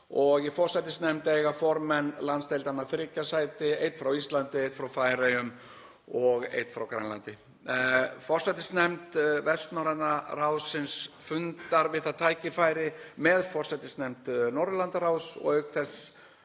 Í forsætisnefnd eiga formenn landsdeildanna þriggja sæti; einn frá Íslandi, einn frá Færeyjum og einn frá Grænlandi. Forsætisnefnd Vestnorræna ráðsins fundaði við það tækifæri með forsætisnefnd Norðurlandaráðs og auk þess